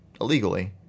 illegally